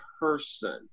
person